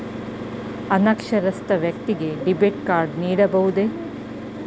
ಅನಕ್ಷರಸ್ಥ ವ್ಯಕ್ತಿಗೆ debit card ನೀಡಬಹುದೇ?